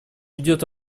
идет